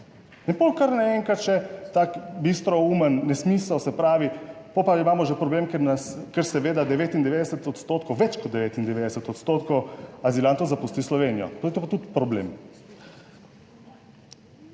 In potem kar naenkrat še tak bistroumen nesmisel, se pravi, potem pa imamo že problem, ker nas, ker seveda 99 odstotkov, več kot 99 odstotkov, azilantov zapusti Slovenijo. To je pa tudi problem.